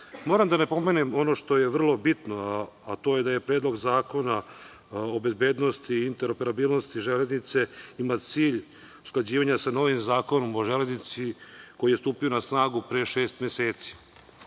da napomenem ono što je vrlo bitno, a to je da je Predlog zakona o bezbednosti i interoperabilnosti železnice ima cilj usklađivanja sa novim Zakonom o železnici koji je stupio na snagu pre šest meseci,